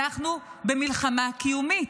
אנחנו במלחמה קיומית.